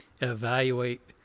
evaluate